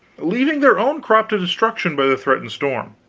leaving their own crop to destruction by the threatened storm